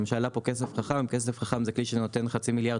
למשל, עלה פה כסף חכם זה כלי שנותן חצי מיליון